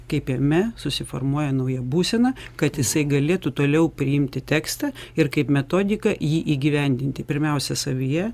kaip jame susiformuoja nauja būsena kad jisai galėtų toliau priimti tekstą ir kaip metodika jį įgyvendinti pirmiausia savyje